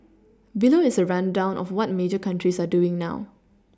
below is a rundown of what major countries are doing now